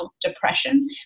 depression